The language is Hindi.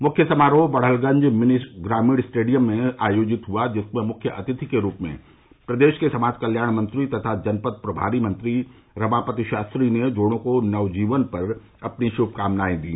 मुख्य समारोह बड़हलगंज मिनी ग्रामीण स्टेडियम में आयोजित हुआ जिसमें मुख्य अतिथि के रूप में प्रदेश के समाज कल्याण मंत्री तथा जनपद प्रमारी मंत्री रमापति शास्त्री ने जोड़ों को नवजीवन पर अपनी शुभकामनाए दी